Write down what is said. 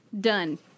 Done